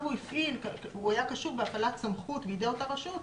הוא היה קשור בהפעלת סמכות בידי אותה רשות.